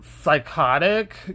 psychotic